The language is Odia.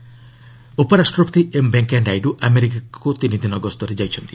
ଭାଇସ୍ ପ୍ରେସିଡେଣ୍ଟ ଉପରାଷ୍ଟ୍ରପତି ଏମ୍ ଭେଙ୍କିୟା ନାଇଡୁ ଆମେରିକାକୁ ତିନି ଦିନ ଗସ୍ତରେ ଯାଇଛନ୍ତି